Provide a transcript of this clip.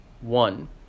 one